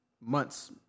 months